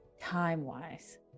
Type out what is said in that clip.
time-wise